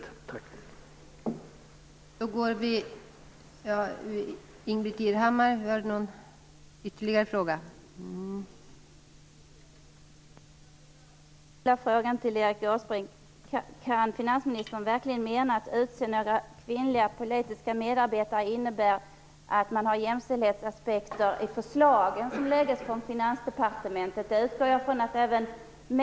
Tack!